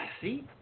See